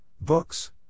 books